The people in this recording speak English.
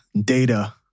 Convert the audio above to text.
data